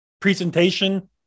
presentation